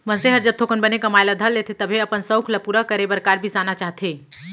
मनसे हर जब थोकन बने कमाए ल धर लेथे तभे अपन सउख ल पूरा करे बर कार बिसाना चाहथे